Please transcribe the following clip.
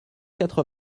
quatre